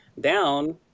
Down